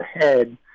ahead